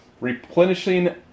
replenishing